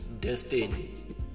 Destiny